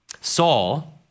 Saul